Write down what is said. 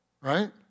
right